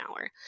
hour